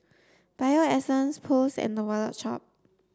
Bio Essence Post and The Wallet Shop